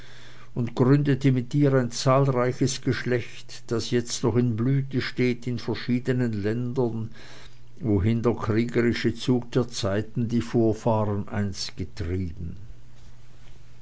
und gründete mit ihr ein zahlreiches geschlecht das jetzt noch in blüte steht in verschiedenen ländern wohin der kriegerische zug der zeiten die vorfahren einst getrieben